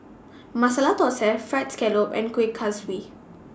Masala Thosai Fried Scallop and Kuih Kaswi